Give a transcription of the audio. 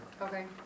Okay